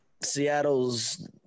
Seattle's